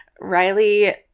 Riley